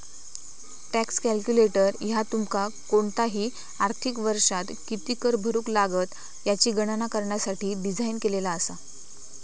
tax calculator ह्या तुमका कोणताही आर्थिक वर्षात किती कर भरुक लागात याची गणना करण्यासाठी डिझाइन केलेला असा